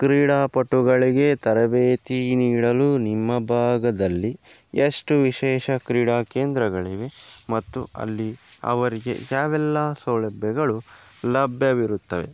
ಕ್ರೀಡಾಪಟುಗಳಿಗೆ ತರಬೇತಿ ನೀಡಲು ನಿಮ್ಮ ಭಾಗದಲ್ಲಿ ಎಷ್ಟು ವಿಶೇಷ ಕ್ರೀಡಾ ಕೇಂದ್ರಗಳಿವೆ ಮತ್ತು ಅಲ್ಲಿ ಅವರಿಗೆ ಯಾವೆಲ್ಲ ಸೌಲಭ್ಯಗಳು ಲಭ್ಯವಿರುತ್ತವೆ